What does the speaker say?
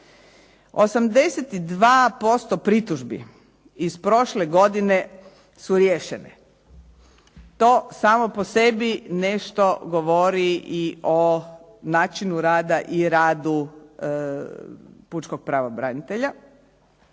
82% pritužbi iz prošle godine su riješene. To samo po sebi nešto govori i o načinu rada i radu pučkog pravobranitelja.